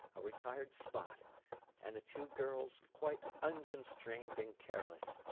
a retired spot and the two girls, quite unconstrained and careless,